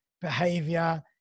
behavior